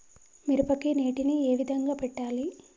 మిరపకి నీటిని ఏ విధంగా పెట్టాలి?